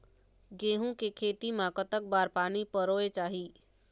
गेहूं के खेती मा कतक बार पानी परोए चाही?